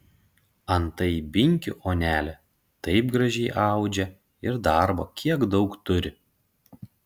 antai binkių onelė taip gražiai audžia ir darbo kiek daug turi